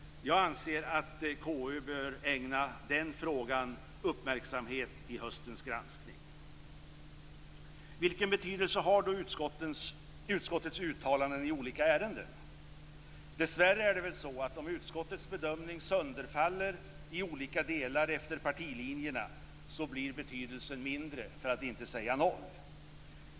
Jag anser att KU bör ägna den frågan uppmärksamhet i höstens granskning. Vilken betydelse har då utskottets uttalanden i olika ärenden? Dessvärre är det väl så att om utskottets bedömning sönderfaller i olika delar efter partilinjerna blir betydelsen mindre, för att inte säga noll.